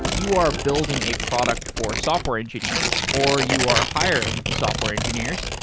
you are building a product for software engineers, or you are hiring software engineers,